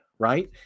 Right